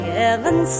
heaven